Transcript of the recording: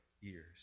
years